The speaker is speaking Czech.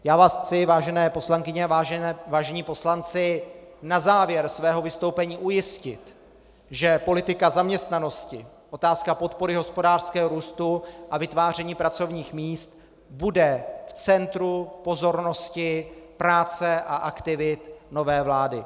Já vás chci, vážené poslankyně a vážení poslanci, na závěr svého vystoupení ujistit, že politika zaměstnanosti, otázka podpory hospodářského růstu a vytváření pracovních míst bude v centru pozornosti práce a aktivit nové vlády.